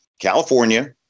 California